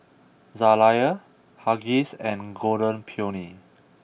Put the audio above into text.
Zalia Huggies and Golden Peony